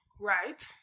Right